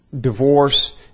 Divorce